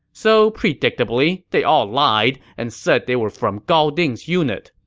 so predictably, they all lied and said they were from gao ding's unit.